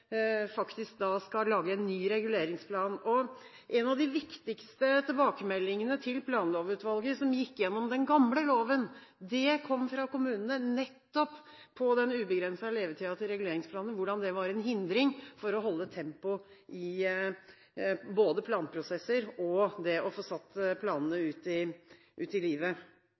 faktisk skal lage en ny reguleringsplan. En av de viktigste tilbakemeldingene til Planlovutvalget, som gikk gjennom den gamle loven, kom fra kommunene og gikk nettopp på den ubegrensede levetiden til reguleringsplanene og hvordan det var en hindring for å holde tempoet i både planprosesser og det å få satt planene ut i livet.